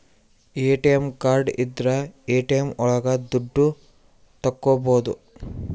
ATM card ಇದ್ರ ATM ಒಳಗ ದುಡ್ಡು ತಕ್ಕೋಬೋದು